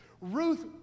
Ruth